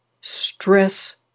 stress